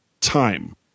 time